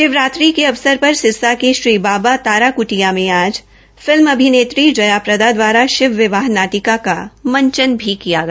शिवरात्रि के अवसर पर सिरसा के श्री बाबा तारा क्टिया में आ फिल्मी अभिनेत्री य प्रदा द्वारा शिव विवाह नाटिका का मंचन किया गया